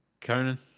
Conan